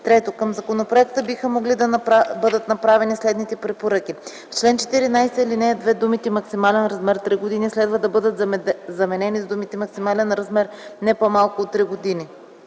ІІІ. Към законопроекта биха могли да бъдат направени следните препоръки: В чл. 14, ал. 2, думите „максимален размер три години” следва да бъдат заменени с думите „максимален размер не по-малко от три години”.